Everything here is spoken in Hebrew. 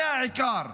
זה העיקר.